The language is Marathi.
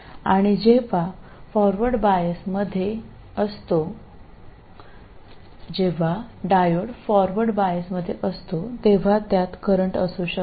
आणि जेव्हा तो फॉरवर्ड बायसमध्ये असतो तेव्हा त्यात करंट असू शकतात